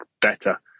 better